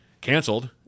canceled